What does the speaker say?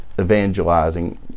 evangelizing